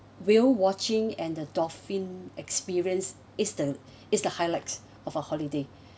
whale watching and the dolphin experience is the is the highlights of our holiday